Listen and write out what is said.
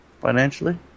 financially